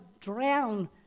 drown